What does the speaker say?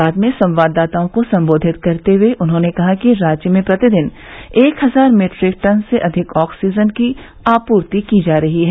बाद में संवाददाताओं को सम्बोधित करते हुए उन्होंने कहा कि राज्य में प्रतिदिन एक हजार मीट्रिक टन से अधिक ऑक्सीजन की आपूर्ति की जा रही है